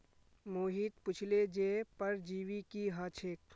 मोहित पुछले जे परजीवी की ह छेक